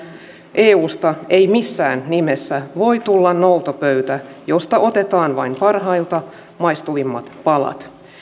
eusta ei missään nimessä voi tulla noutopöytä josta otetaan vain parhailta maistuvat palat